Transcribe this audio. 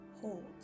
hold